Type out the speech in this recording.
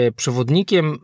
przewodnikiem